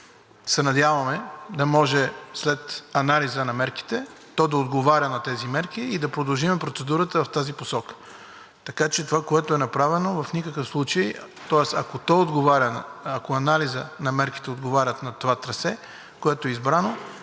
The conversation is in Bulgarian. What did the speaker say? се надяваме да може след анализа на мерките да отговаря на тези мерки и да продължим процедурата в тази посока, така че това, което е направено, тоест ако анализът на мерките отговаря на това трасе, което е избрано,